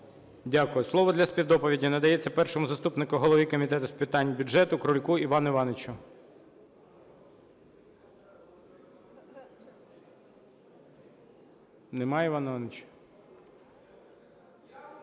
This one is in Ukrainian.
Дякую. Слово для співдоповіді надається першому заступнику голови Комітету з питань бюджету Крульку Івану Івановичу. Немає Івана Івановича? ГОЛОС